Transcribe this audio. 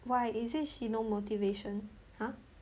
why is it she no motivation !huh!